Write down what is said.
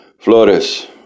Flores